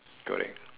correct